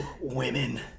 women